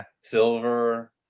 silver